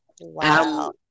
Wow